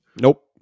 Nope